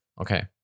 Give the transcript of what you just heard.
Okay